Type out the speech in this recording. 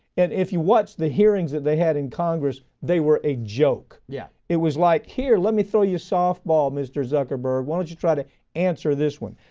and if you watched the hearings that they had in congress, they were a joke. yeah it was like, here, let me throw you a softball. mr. zuckerberg, why don't you try to answer this one?